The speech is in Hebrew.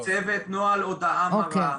צוות נוהל הודעה מרה,